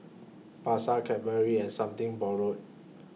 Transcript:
Pasar Cadbury and Something Borrowed